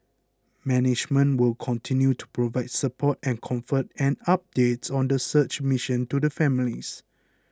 management will continue to provide support and comfort and updates on the search mission to the families